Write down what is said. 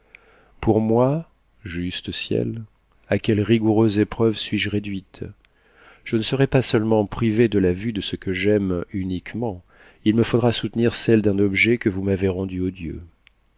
pour moi juste ciel à quelle rigoureuse épreuve suis-je réduite je ne serai pas seulement privée de la vue de ce que j'aime uniquement il me faudra soutenir celle d'un objet que vous m'avez rendu odieux